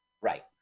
Right